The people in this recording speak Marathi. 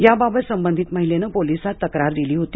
याबाबत संबंधित महिलेने पोलिसांत तक्रार दिली होती